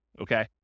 okay